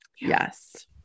yes